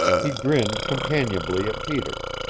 he grinned companionably at peter.